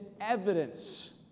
evidence